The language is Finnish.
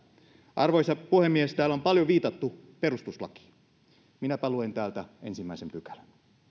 arvoisa puhemies täällä on paljon viitattu perustuslakiin minäpä luen täältä ensimmäisen pykälän